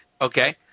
Okay